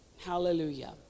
hallelujah